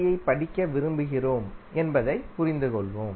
யைப் படிக்க விரும்புகிறோம் என்பதைப் புரிந்துகொள்வோம்